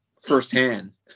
Firsthand